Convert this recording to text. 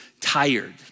tired